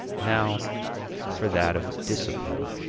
now for that of discipline.